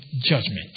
judgment